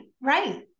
Right